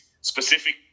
specific